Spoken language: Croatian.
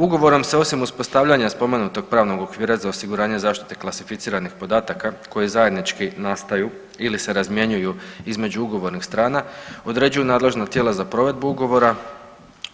Ugovorom se osim uspostavljanja spomenutog pravnog okvira za osiguranje zaštite klasificiranih podataka koje zajednički nastaju ili se razmjenjuju između ugovornih strana određuju nadležna tijela za provedbu ugovora,